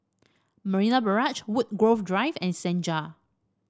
Marina Barrage Woodgrove Drive and Senja